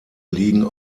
liegen